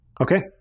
Okay